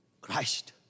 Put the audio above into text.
Christ